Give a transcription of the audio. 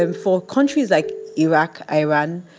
and for countries like iraq, iran,